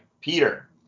Peter